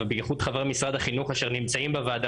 וביחוד חברי משרד החינוך אשר נמצאים בוועדה,